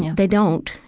yeah they don't,